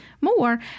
more